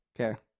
Okay